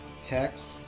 text